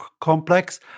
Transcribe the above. complex